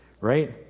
right